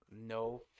No